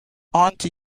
anti